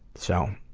so,